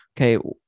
okay